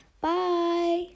bye